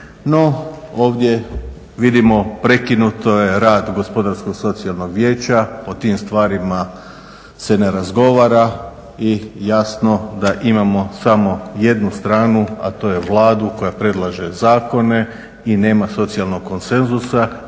No ovdje vidimo prekinut je rad Gospodarsko-socijalnog vijeća, o tim stvarima se ne razgovara i jasno da imamo samo jednu stranu, a to je Vladu koja predlaže zakone i nema socijalnog konsenzusa